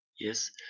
Yes